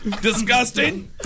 Disgusting